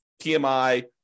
PMI